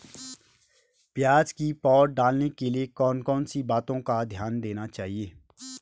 प्याज़ की पौध डालने के लिए कौन कौन सी बातों का ध्यान देना चाहिए?